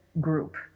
group